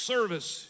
Service